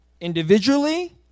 individually